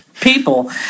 people